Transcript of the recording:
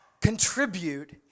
contribute